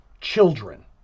children